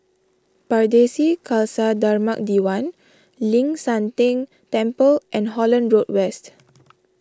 Pardesi Khalsa Dharmak Diwan Ling San Teng Temple and Holland Road West